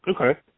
okay